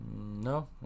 no